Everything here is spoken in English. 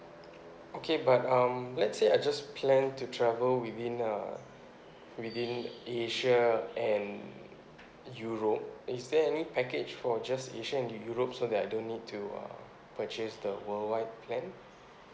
okay but um let's say I just plan to travel within uh within asia and europe is there any package for just asia and europe so that I don't need to uh purchase the worldwide plan